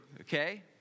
okay